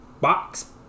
box